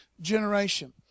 generation